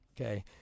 okay